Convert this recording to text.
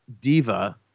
diva